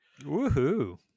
Woohoo